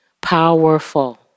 Powerful